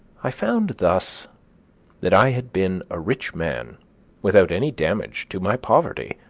i found thus that i had been a rich man without any damage to my poverty.